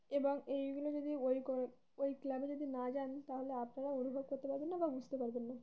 এবং এইগুলো যদি ওই ওই ক্লাবে যদি না যান তাহলে আপনারা অনুভব করতে পারবেন না বা বুঝতে পারবেন না